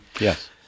Yes